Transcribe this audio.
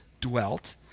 dwelt